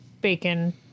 bacon